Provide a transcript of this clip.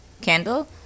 candle